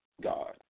God